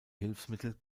hilfsmittel